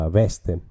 veste